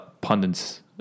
pundits